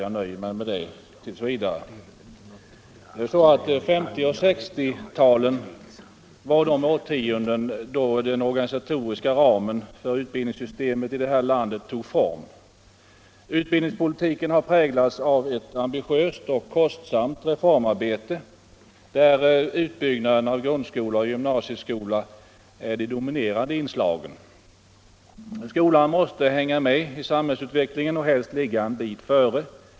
1950 och 1960-talet var de årtionden då den organisatoriska ramen för utbildningssystemet i det här landet tog form. Utbildningspolitiken har präglats av ett ambitiöst och kostsamt reformarbete, där utbyggnaden av grundskola och gymnasieskola är de dominerande inslagen. Skolan måste hänga med i samhällsutvecklingen och helst ligga en bit före.